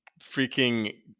freaking